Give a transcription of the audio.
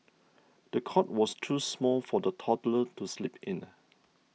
the cot was too small for the toddler to sleep in